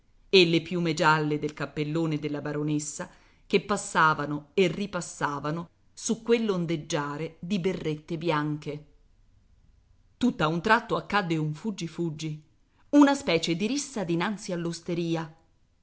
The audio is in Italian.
e le piume gialle del cappellone della baronessa che passavano e ripassavano su quell'ondeggiare di berrette bianche tutt'a un tratto accadde un fuggi fuggi una specie di rissa dinanzi all'osteria